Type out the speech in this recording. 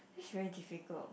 it's very difficult